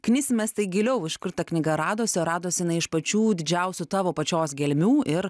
knisimės tai giliau iš kur ta knyga radosi ar radosi jinai iš pačių didžiausių tavo pačios gelmių ir